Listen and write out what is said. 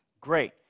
Great